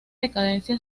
decadencia